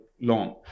long